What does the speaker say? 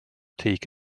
take